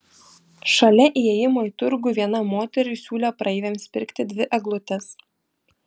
šalia įėjimo į turgų viena moteris siūlė praeiviams pirkti dvi eglutes